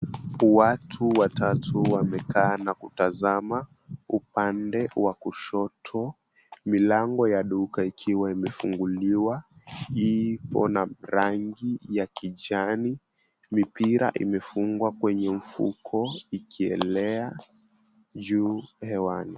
Watu watatu wamekaa na kutazama upande wa kushoto, milango ya duka ikiwa imefunguliwa. Ipo na rangi ya kijani. Mipira imefungwa kwenye mfuko ikielea juu hewani.